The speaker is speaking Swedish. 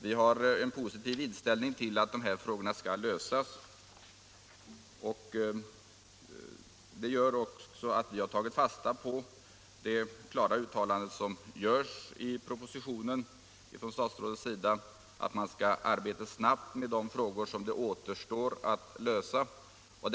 Vi har en positiv inställning till att de här frågorna skall lösas, och vi har tagit fasta på statsrådets klara uttalande i propositionen att man skall arbeta snabbt med de återstående frågorna.